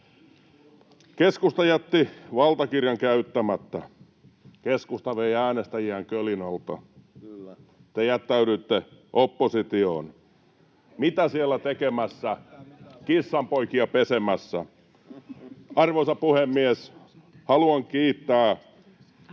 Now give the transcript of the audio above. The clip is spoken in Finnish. Keskusta jätti valtakirjan käyttämättä. Keskusta vei äänestäjiään kölin alta. Te jättäydyitte oppositioon. Mitä siellä tekemässä, kissanpoikia pesemässä? Arvoisa puhemies, haluan kiittää